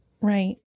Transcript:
Right